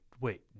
wait